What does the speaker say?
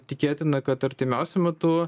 tikėtina kad artimiausiu metu